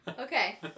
Okay